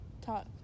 talk